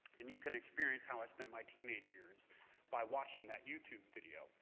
and you can experience how i spent my teenage years by watching that youtube video.